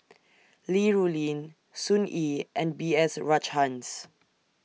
Li Rulin Sun Yee and B S Rajhans